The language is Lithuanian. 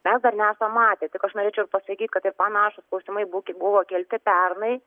mes dar nesam matę tik aš norėčiau ir pasakyt kad ir panašūs klausimai būkit buvo kelti pernai